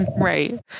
Right